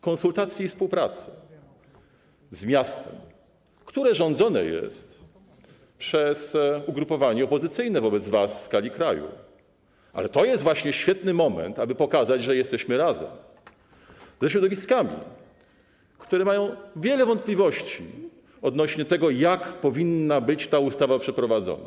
Konsultacji i współpracy z miastem, które rządzone jest przez ugrupowanie opozycyjne wobec was w skali kraju - ale to jest właśnie świetny moment, aby pokazać, że jesteśmy razem - a także ze środowiskami, które mają wiele wątpliwości odnośnie do tego, jak ta ustawa powinna być przeprowadzona.